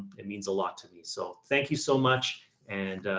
it means a lot to me. so thank you so much and,